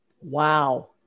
Wow